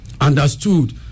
understood